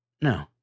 no